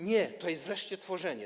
Nie, to jest wreszcie tworzenie.